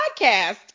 podcast